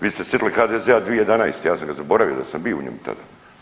Vi ste se sjetili HDZ-a 2011., ja sam ga zaboravio da sam bio u njemu tada.